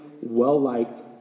well-liked